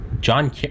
john